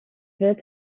wird